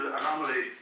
anomaly